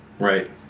Right